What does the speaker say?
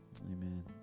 amen